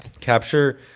Capture